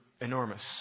enormous